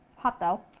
hot though.